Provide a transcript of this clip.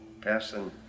person